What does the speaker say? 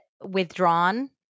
withdrawn